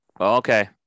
Okay